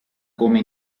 come